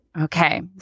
Okay